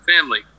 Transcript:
family